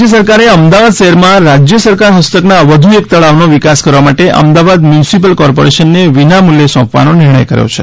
રાજ્ય સરકારે અમદાવાદ શહેરમાં રાજ્ય સરકાર હસ્તકના વધુ એક તળાવનો વિકાસ કરવા માટે અમદાવાદ મ્યુનિસિપલ કોર્પોરેશનને વિનામૂલ્યે સોંપવાનો નિર્ણય કર્યો છે